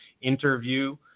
interview